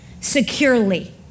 securely